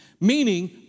meaning